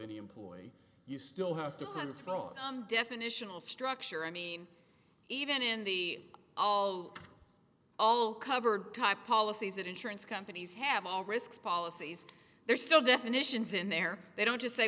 any employee you still has to kind of throw some definitional structure i mean even in the all all covered type policies that insurance companies have all risks policies they're still definitions in there they don't just say